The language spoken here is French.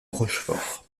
rochefort